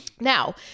now